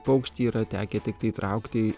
paukštį yra tekę tiktai traukti